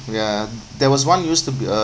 ya there was one used to be uh